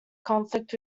conflict